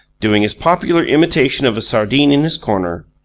doing his popular imitation of a sardine in his corner,